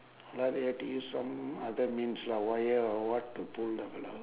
like that have to use some other means lah wire or what to pull out lah